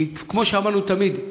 כי כמו שאמרנו תמיד,